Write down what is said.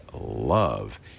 love